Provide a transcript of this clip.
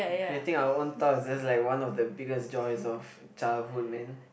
creating our own toys that's like one of the biggest joys of childhood man